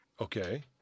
okay